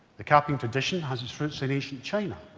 the capping tradition has its roots in ancient china.